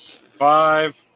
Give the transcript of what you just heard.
Five